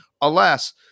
alas